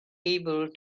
able